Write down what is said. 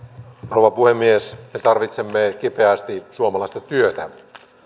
rouva puhemies me tarvitsemme kipeästi suomalaista työtä